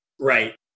Right